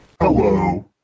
hello